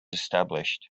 established